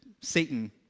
Satan